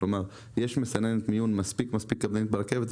כלומר יש מסננת מספיק קפדנית ברכבת.